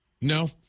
No